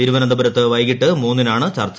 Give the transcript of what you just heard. തിരുവനന്തപുരത്ത് വൈകിട്ട് മൂന്നിനാണ് ചർച്ച